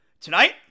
Tonight